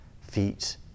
feet